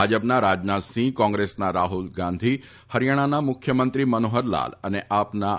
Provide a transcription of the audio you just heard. ભાજપના રાજનાથ સિંહ કોંગ્રેસના રાહુલ ગાંધી હરિયાણાના મુખ્યમંત્રી મનોહરલાલ અને આપના